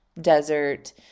desert